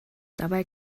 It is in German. dabei